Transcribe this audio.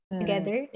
together